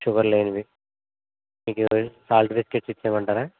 sugar లేనివి మీకు ఏ సాల్ట్ బిస్కెట్స్ ఇచ్చేయమంటారా